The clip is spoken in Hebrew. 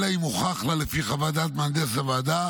אלא אם הוכח לה לפי חוות דעת מהנדס הוועדה